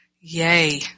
yay